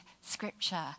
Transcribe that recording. scripture